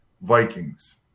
Vikings